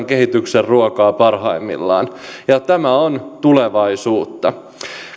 kehityksen ruokaa parhaimmillaan tämä on tulevaisuutta